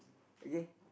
okay